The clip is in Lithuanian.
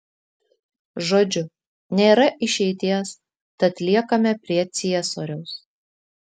žodžiu nėra išeities tad liekame prie ciesoriaus